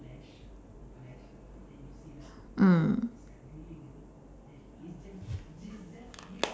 mm